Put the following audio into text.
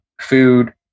food